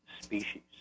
species